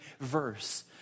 verse